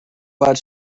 bud